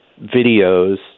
videos